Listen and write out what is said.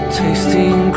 tasting